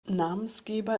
namensgeber